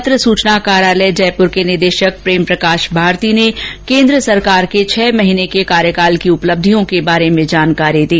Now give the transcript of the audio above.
पत्र सुचना कार्यालय जयपुर के निदेशक प्रेम प्रकाश भारती ने केन्द्र सरकार की छह महीने की उपलब्धियों के बारे में जानकारी दी